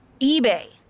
eBay